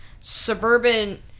suburban